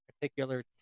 particular